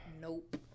nope